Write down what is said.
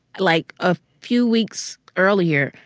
like, a few weeks earlier,